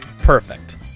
Perfect